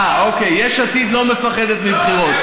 אה, אוקיי, יש עתיד לא מפחדת מבחירות.